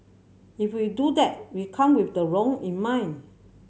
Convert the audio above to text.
if we do that we come with the wrong in mind